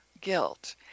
guilt